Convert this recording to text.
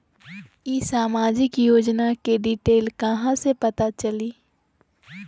ई सामाजिक योजना के डिटेल कहा से पता चली?